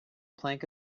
plank